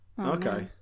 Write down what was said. Okay